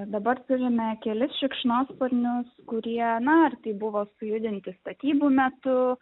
dabar turime kelis šikšnosparnius kurie na ar tai buvo sujudinti statybų metu